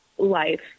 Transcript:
life